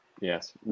Yes